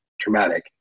traumatic